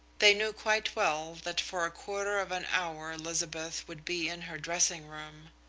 they knew quite well that for a quarter of an hour elizabeth would be in her dressing room.